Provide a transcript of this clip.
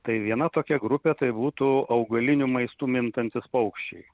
tai viena tokia grupė tai būtų augaliniu maistu mintantys paukščiai